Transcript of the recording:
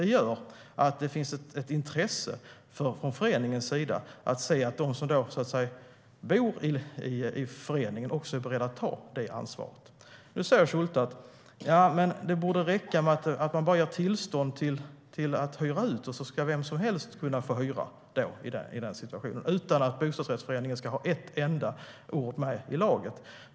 Det gör att det finns ett intresse för föreningen att de som bor i föreningen ska vara beredda att ta det ansvaret. Nu säger Schulte: Men det borde räcka med att man bara ger tillstånd till att hyra ut, och sedan ska vem som helst kunna få hyra utan att bostadsrättsföreningen ska ha ett enda ord med i laget.